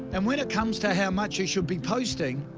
and when it comes to how much you should be posting,